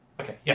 ok, yeah,